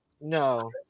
No